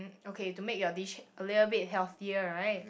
ok to make your dish a little bit healthier right